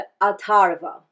Atharva